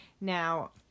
Now